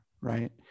right